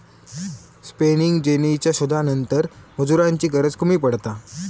spinning जेनीच्या शोधानंतर मजुरांची गरज कमी पडता